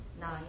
nine